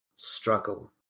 struggle